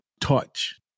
touch